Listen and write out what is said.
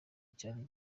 cyari